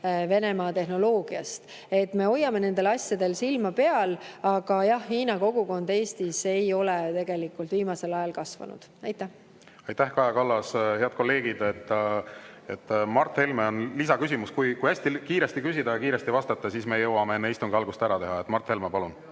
[Hiina] tehnoloogiast. Me hoiame nendel asjadel silma peal. Aga jah, Hiina kogukond Eestis ei ole viimasel ajal kasvanud. Aitäh, Kaja Kallas! Head kolleegid! Mart Helmel on lisaküsimus. Kui hästi kiiresti küsida ja kiiresti vastata, siis me jõuame enne istungi algust selle ära teha. Mart Helme, palun!